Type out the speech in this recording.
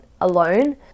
alone